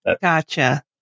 gotcha